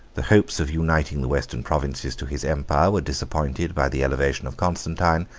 the hopes of uniting the western provinces to his empire were disappointed by the elevation of constantine,